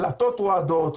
דלתות רועדות,